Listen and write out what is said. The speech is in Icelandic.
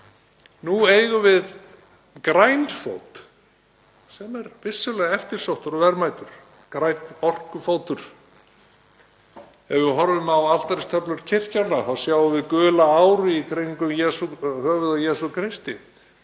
Nú eigum við grænfót sem er vissulega eftirsóttur og verðmætur, grænn orkufótur. Ef við horfum á altaristöflur kirknanna þá sjáum við gula áru í kringum höfuðið á Jesú Kristi